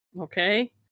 Okay